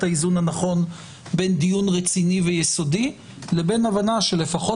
האיזון הנכון בין דיון רציני ויסודי לבין הבנה שלפחות